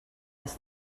les